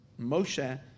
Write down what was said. Moshe